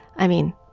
i mean,